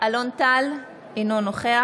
אלון טל, אינו נוכח